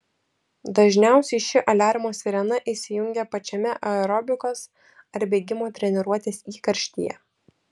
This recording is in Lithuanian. dažniausiai ši aliarmo sirena įsijungia pačiame aerobikos ar bėgimo treniruotės įkarštyje